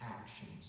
actions